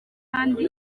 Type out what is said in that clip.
kandi